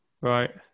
Right